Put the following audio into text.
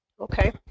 Okay